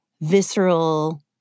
visceral